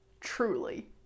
truly